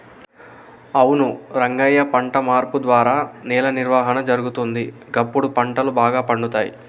అవును రంగయ్య పంట మార్పు ద్వారా నేల నిర్వహణ జరుగుతుంది, గప్పుడు పంటలు బాగా పండుతాయి